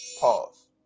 Pause